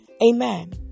amen